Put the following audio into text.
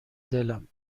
دلم